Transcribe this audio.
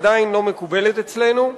עדיין לא מקובלת אצלנו,